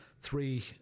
three